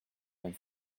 même